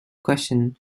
questions